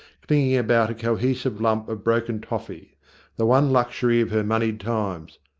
clinging about a cohesive lump of broken toffee a the one luxury of her moneyed times.